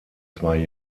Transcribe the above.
zwei